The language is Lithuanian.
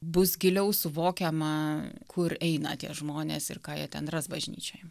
bus giliau suvokiama kur eina tie žmonės ir ką jie ten ras bažnyčioj